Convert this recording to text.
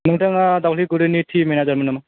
नोंथाङा दावलिगुरिनि टि मेनेजारमोन नामा